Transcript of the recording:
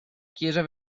chiesa